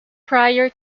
prior